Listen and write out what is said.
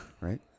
Right